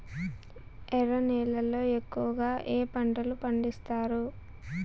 ఎర్ర నేలల్లో ఎక్కువగా ఏ పంటలు పండిస్తారు